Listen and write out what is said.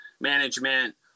management